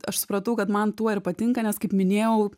aš supratau kad man tuo ir patinka nes kaip minėjau